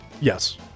Yes